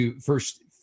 first